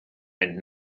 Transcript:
and